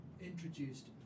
introduced